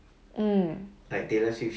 mm